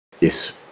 Yes